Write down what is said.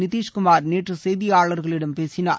நிதிஷ் குமார் நேற்று செய்திபாளர்களிடம் பேசினார்